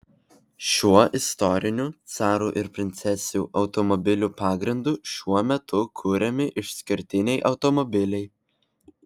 šiuo istoriniu carų ir princesių automobilių pagrindu šiuo metu kuriami išskirtiniai automobiliai